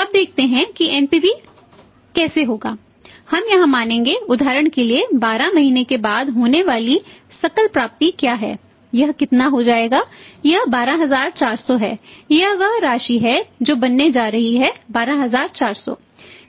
अब देखते हैं कि एनपीवी कैसा होगा हम यहां मानेंगे उदाहरण के लिए 12 महीनों के बाद होने वाली सकल प्राप्ति क्या है यह कितना हो जाएगा यह 12400 है यह वह राशि है जो बनने जा रही है 12400